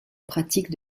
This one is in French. pratique